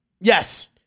Yes